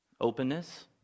Openness